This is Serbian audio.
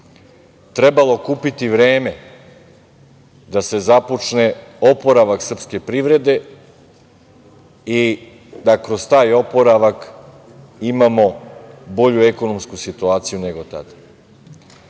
trebalo kupiti vreme da se započne oporavak srpske privrede i da kroz taj oporavak imamo bolju ekonomsku situaciju nego